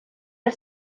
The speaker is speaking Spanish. del